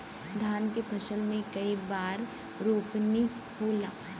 धान के फसल मे कई बार रोपनी होला?